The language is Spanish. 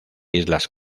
islas